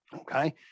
okay